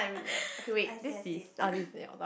I see I see